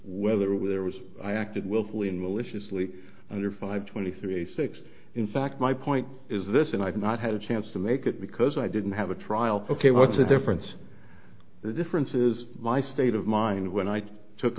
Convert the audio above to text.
whether it was there was i acted willfully and maliciously under five twenty three a six in fact my point is this and i've not had a chance to make it because i didn't have a trial ok what's the difference the difference is my state of mind when i took